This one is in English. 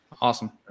Awesome